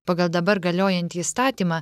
pagal dabar galiojantį įstatymą